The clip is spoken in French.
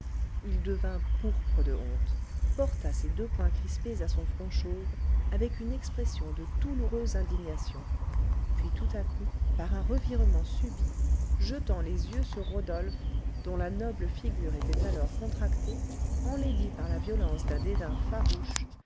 il devint pourpre de honte porta ses deux poings crispés à son front chauve avec une expression de douloureuse indignation puis tout à coup par un revirement subit jetant les yeux sur rodolphe dont la noble figure était alors contractée enlaidie par la violence d'un dédain farouche